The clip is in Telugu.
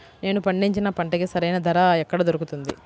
నేను పండించిన పంటకి సరైన ధర ఎక్కడ దొరుకుతుంది?